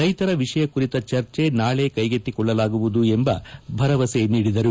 ರೈತರ ವಿಷಯ ಕುರಿತ ಚರ್ಚೆ ನಾಳೆ ಕೈಗೆತ್ತಿಕೊಳ್ಳಲಾಗುವುದು ಎಂಬ ಭರವಸೆ ನೀಡಿದರು